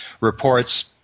reports